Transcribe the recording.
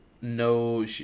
No